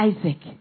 Isaac